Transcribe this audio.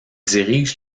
dirige